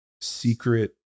secret